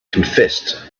confessed